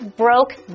broke